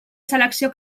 selecció